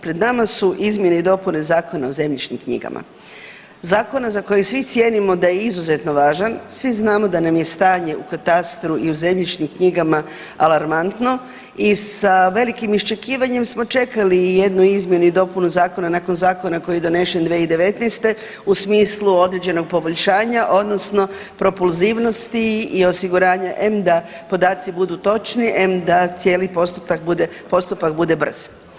Pred nama su izmjene i dopune Zakona o zemljišnim knjigama, zakona za koji svi cijenimo da je izuzetno važan, svi znamo da nam je stanje u katastru i u zemljišnim knjigama alarmantno i sa velikim iščekivanjem smo čekali jednu izmjenu i dopunu zakona nakon zakona koji je donesen 2019. u smislu određenog poboljšanja odnosno propulzivnosti i osiguranja, em da podaci budu točni, em da cijeli postupak bude brz.